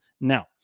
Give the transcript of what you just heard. now